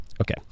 Okay